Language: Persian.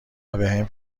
وبهم